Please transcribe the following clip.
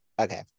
okay